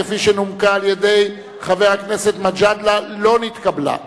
כפי שנומקה על-ידי חבר הכנסת מג'אדלה, לא נתקבלה.